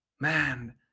man